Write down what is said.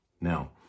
Now